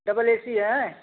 double A C है आयँ